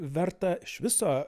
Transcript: verta iš viso